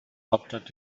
hauptstadt